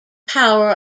power